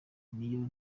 niyo